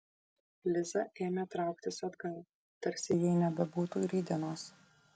liza ėmė trauktis atgal tarsi jai nebebūtų rytdienos